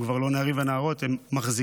הם כבר לא נערים ונערות מחזיקים.